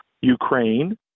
Ukraine